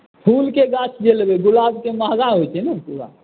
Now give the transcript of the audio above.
फूलके गाछ जे लेबै गुलाबके महँगा होइत छै ने थोड़ा